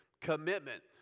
commitment